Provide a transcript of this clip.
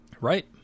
Right